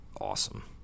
Awesome